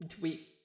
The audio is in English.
we-